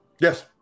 Yes